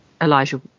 Elijah